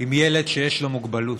עם ילד שיש לו מוגבלות.